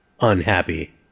unhappy